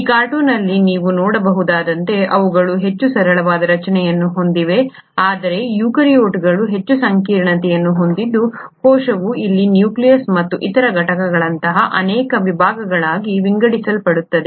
ಈ ಕಾರ್ಟೂನ್ ಅಲ್ಲಿ ನೀವು ನೋಡಬಹುದಾದಂತೆ ಅವುಗಳು ಹೆಚ್ಚು ಸರಳವಾದ ರಚನೆಯನ್ನು ಹೊಂದಿವೆ ಆದರೆ ಯೂಕ್ಯಾರಿಯೋಟ್ಗಳು ಹೆಚ್ಚು ಸಂಕೀರ್ಣತೆಯನ್ನು ಹೊಂದಿದ್ದು ಕೋಶವು ಇಲ್ಲಿ ನ್ಯೂಕ್ಲಿಯಸ್ ಮತ್ತು ಇತರ ಘಟಕಗಳಂತಹ ಅನೇಕ ವಿಭಾಗಗಳಾಗಿ ವಿಂಗಡಿಸಲ್ಪಡುತ್ತದೆ